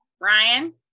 Ryan